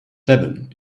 seven